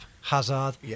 Hazard